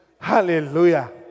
Hallelujah